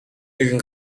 нэгэн